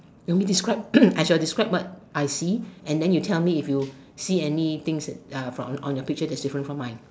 I shall describe what I see and then you tell me if you see anything from your picture that is different from mine